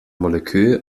molekül